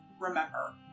remember